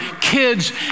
kids